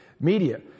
media